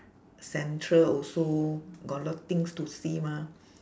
central also got a lot of things to see mah